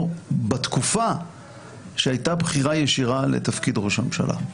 בתקופה שהייתה בחירה ישירה לתפקיד ראש הממשלה.